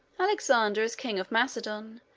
alexander, as king of macedon,